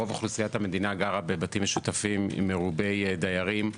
רוב אוכלוסיית המדינה גרה בבתים משותפים מרובי דיירים,